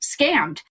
scammed